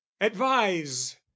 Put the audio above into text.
advise